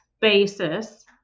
basis